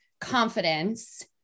confidence